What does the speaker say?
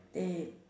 they